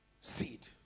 Seed